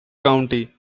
county